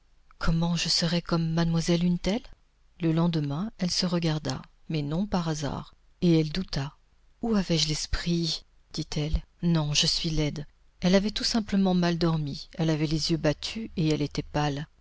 comment je serais comme mademoiselle une telle le lendemain elle se regarda mais non par hasard et elle douta où avais-je l'esprit dit-elle non je suis laide elle avait tout simplement mal dormi elle avait les yeux battus et elle était pâle